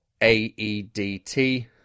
AEDT